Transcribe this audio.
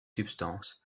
substances